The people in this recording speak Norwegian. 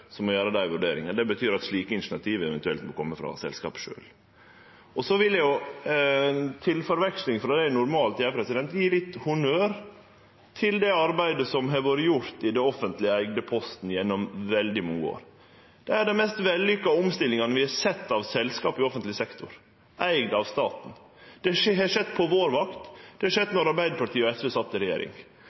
som må gjere dei vurderingane. Det betyr at slike initiativ eventuelt må kome frå selskapet sjølv. Så vil eg – til avveksling frå det eg normalt gjer – gje litt honnør til det arbeidet som har vore gjort i det offentleg eigde Posten gjennom veldig mange år. Det er ei av dei mest vellykka omstillingane vi har sett i selskap i offentleg sektor, eigd av staten. Det har skjedd på vår vakt, det skjedde då Arbeidarpartiet og SV sat i regjering